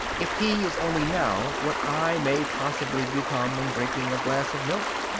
if he is only now what i may possibly become in drinking a glass of milk?